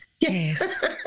Yes